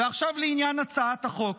ועכשיו לעניין הצעת החוק.